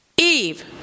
Eve